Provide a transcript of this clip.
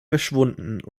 verschwunden